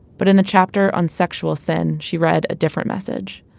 but in the chapter on sexual sin she read a different message.